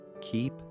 Keep